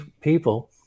people